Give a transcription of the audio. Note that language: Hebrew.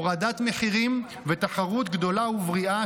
הורדת מחירים ותחרות גדולה ובריאה,